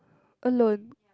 alone